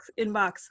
inbox